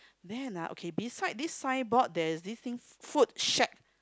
then ah okay beside this signboard there is this thing food shack